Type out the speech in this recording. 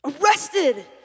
arrested